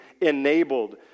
enabled